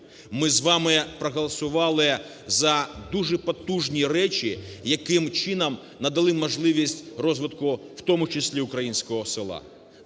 Ми з вами проголосували за дуже потужні речі, яким чином надали можливість розвитку в тому числі українського села.